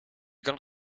kan